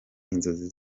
inzozi